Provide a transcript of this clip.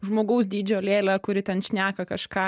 žmogaus dydžio lėlę kuri ten šneka kažką